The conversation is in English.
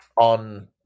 on